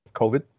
covid